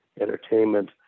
entertainment